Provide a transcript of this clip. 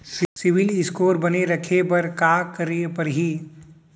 CIBIL score बने रखे बर का करे पड़ही?